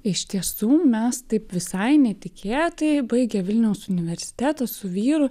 iš tiesų mes taip visai netikėtai baigę vilniaus universitetą su vyru